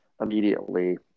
immediately